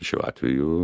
šiuo atveju